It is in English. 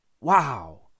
Wow